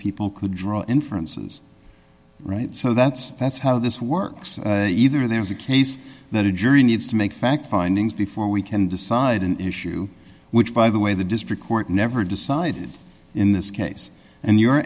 people could draw inferences so that's that's how this works either there was a case that a jury needs to make fact findings before we can decide an issue which by the way the district court never decided in this case and you're